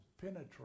penetrate